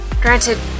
Granted